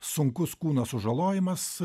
sunkus kūno sužalojimas